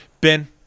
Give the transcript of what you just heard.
Ben